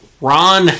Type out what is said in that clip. Ron